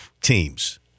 teams